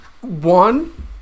One